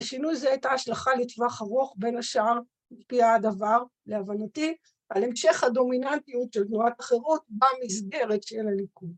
‫השינוי זה הייתה השלכה לטווח ארוך. ‫בין השאר, על פיה הדבר, להבנתי, ‫על המשך הדומיננטיות של תנועת החרות ‫במסגרת של הליכוד.